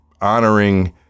honoring